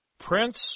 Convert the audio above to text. prince